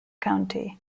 county